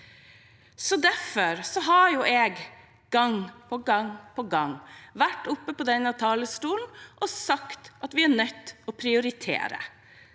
Derfor har jeg gang på gang vært oppe på denne talerstolen og sagt at vi er nødt til å prioritere.